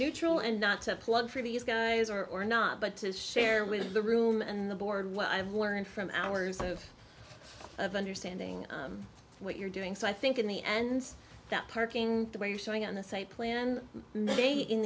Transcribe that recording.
neutral and not to plug for these guys or or not but to share with the room and the board what i've learned from hours of understanding what you're doing so i think in the end that parking where you're showing on the site plan